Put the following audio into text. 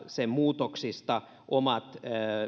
sen muutoksista omat